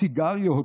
סיגריות,